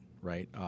right